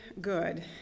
good